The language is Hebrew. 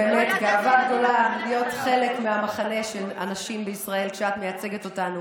באמת גאווה גדולה להיות חלק מהמחנה של הנשים בישראל כשאת מייצגת אותנו